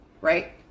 Right